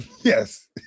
Yes